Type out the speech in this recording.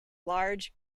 large